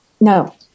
No